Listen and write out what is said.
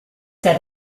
that